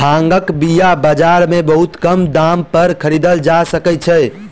भांगक बीया बाजार में बहुत कम दाम पर खरीदल जा सकै छै